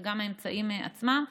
זה גם האמצעים עצמם.